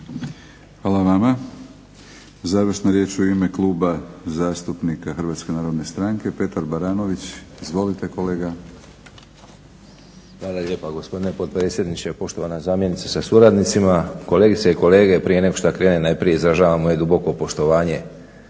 Hvala vama. Završna riječ u ime kluba zastupnika Hrvatske narodne stranke Petar Baranović, izvolite kolega. **Baranović, Petar (HNS)** Hvala lijepa gospodine potpredsjedniče, poštovana zamjenice sa suradnicima, kolegice i kolege. Prije nego šta krenem najprije izražavam moje duboko poštovanje